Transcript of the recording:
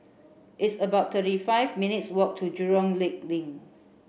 it's about twenty five minutes' walk to Jurong Lake Link